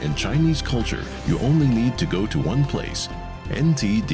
in chinese culture you only need to go to one place in